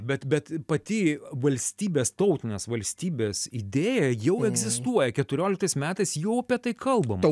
bet bet pati valstybės tautinės valstybės idėja jau egzistuoja keturioliktais metais jau apie tai kalbama